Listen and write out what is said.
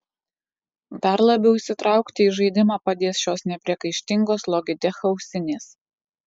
dar labiau įsitraukti į žaidimą padės šios nepriekaištingos logitech ausinės